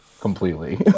Completely